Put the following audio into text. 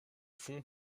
font